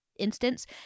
instance